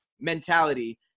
mentality